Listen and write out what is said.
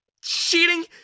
cheating